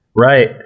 Right